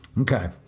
Okay